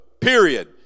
period